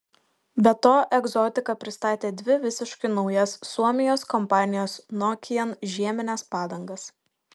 be to egzotika pristatė dvi visiškai naujas suomijos kompanijos nokian žiemines padangas